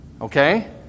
okay